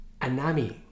Anami